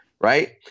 right